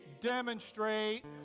demonstrate